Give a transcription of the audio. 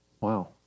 wow